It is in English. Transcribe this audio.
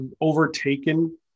overtaken